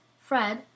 fred